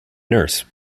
nurse